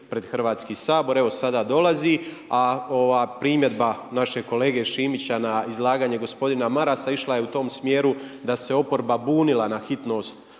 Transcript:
pred Hrvatski sabor. Evo sada dolazi, a ova primjedba našeg kolege Šimića na izlaganje gospodina Marasa išla je u tom smjeru da se oporba bunila na hitnost